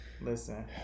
Listen